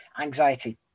anxiety